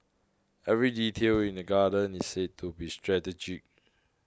every detail in the garden is said to be strategic